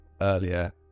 earlier